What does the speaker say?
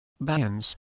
bands